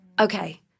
okay